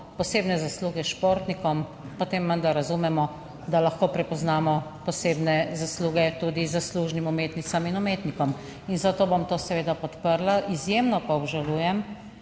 posebne zasluge športnikom, potem menda razumemo, da lahko prepoznamo posebne zasluge tudi zaslužnim umetnicam in umetnikom, in zato bom to seveda podprla. Izjemno pa obžalujem,